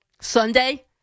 Sunday